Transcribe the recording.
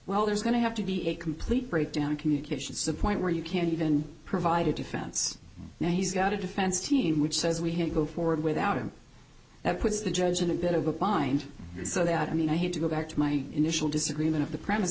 well there's going to have to be a complete breakdown in communications appoint where you can't even provide a defense now he's got a defense team which says we had to go forward without him that puts the judge in a bit of a bind here so that i mean i had to go back to my initial disagreement of the premise